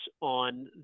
on